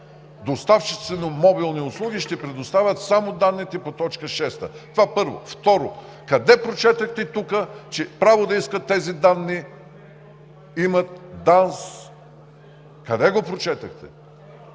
Доставчиците на мобилни услуги ще предоставят само данните по т. 6. Това, първо. Второ, къде прочетохте тук, че право да искат тези данни имат ДАНС? Къде го прочетохте?